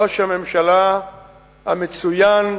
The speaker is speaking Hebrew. ראש הממשלה המצוין,